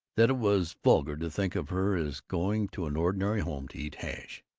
that it was vulgar to think of her as going to an ordinary home to eat hash.